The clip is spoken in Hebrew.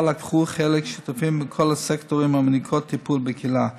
שבה לקחו חלק שותפים מכל הסקטורים המעניקים טיפול בקהילה.